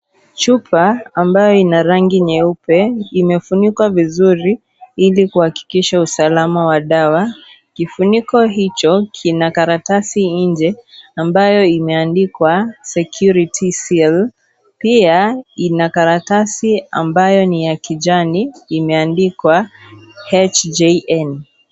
Chupa ambayo ina rangi nyeupe imefunikwa vizuri ili kuhakikisha usalama wa dawa. Kifuniko hicho kina karatasi nje ambayo imeandikwa Security seal . Pia ina karatasi ambayo ni ya kijani imeandikwa HJN.